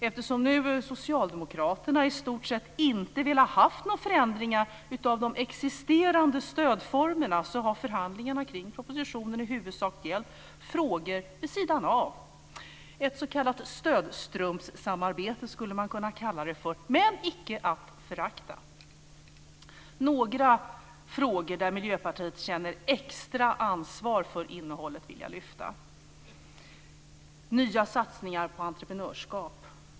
Eftersom socialdemokraterna i stort sett inte har velat ha några förändringar av de existerande stödformerna, har förhandlingarna kring propositionen i huvudsak gällt frågor vid sidan av - ett stödstrumpssamarbete skulle man kunna kalla det för - men är icke att förakta. Några frågor där Miljöpartiet känner ett extra ansvar för innehållet vill jag lyfta fram. Vi vill ha nya satsningar på entreprenörskap.